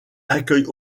accueille